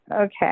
Okay